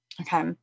okay